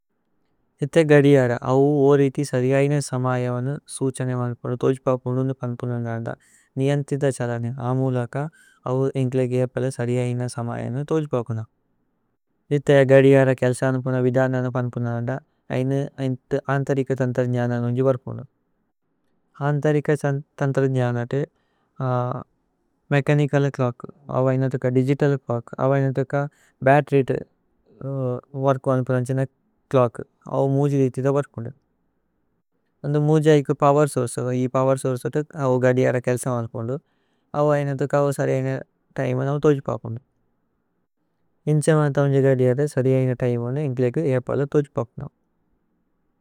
ഇഥേ ഗദിയര അവു ഓരിതി സരിഅയ്ന സമയന സുçഅനേമ്। അല്പുനു തോജ്പപുനു ന്ദു പന്പുനു ന്ദ ന്ദ നിജന്തിത। ഛലനേ അവു ഏന്ഗ്ലേഗേപേല് സരിഅയ്ന സമയന തോജ്പപുനു। ഇഥേ ഗദിയര കേല്സന പുനു വിദന ന്ദു പന്പുനു ന। ന്ദ അന്ഥരിക തന്ത്ര ദ്ജന നുജി വര്പുനു അന്ഥരിക। തന്ത്ര ദ്ജന തു മേകനികല ച്ലോച്ക് അവ ഇനഥക। ദിഗിതല് ച്ലോച്ക് അവ ഇനഥക ബത്തേര്യ് തോ വര്പുനു। അല്പുന ദ്ജന ച്ലോച്ക് അവു മുജി രീഥി ദ വര്പുനു। ന്ദു മുജി ഹൈ ഇക്കു പോവേര് സോഉര്ചേ ഇ പോവേര് സോഉര്ചേ। ഉതു അവു ഗദിയര കേല്സന അല്പുനു അവ ഇനഥക അവു। സരിഅയ്ന തിമേ അന്ന തോജ്പപ് നു ഇന്ഛ മൈഥ ഉന്ജി। ഗദിയര സരിഅയ്ന തിമേ അന്ന ഏന്ഗ്ലേഗേപേലേ തോജ്പപുനു।